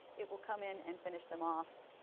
it will come in and finish them off.